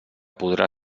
podrà